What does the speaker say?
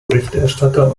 berichterstatter